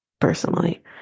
personally